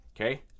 okay